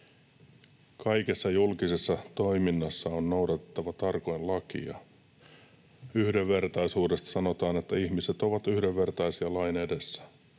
”Kaikessa julkisessa toiminnassa on noudatettava tarkoin lakia.” Yhdenvertaisuudesta sanotaan: ”Ihmiset ovat yhdenvertaisia lain edessä.